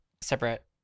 separate